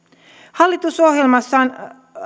hallitusohjelmassaan